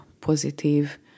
positive